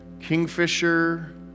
Kingfisher